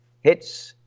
Hits